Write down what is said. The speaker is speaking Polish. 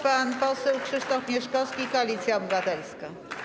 Pan poseł Krzysztof Mieszkowski, Koalicja Obywatelska.